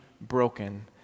broken